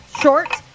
Short